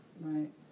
Right